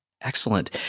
Excellent